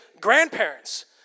grandparents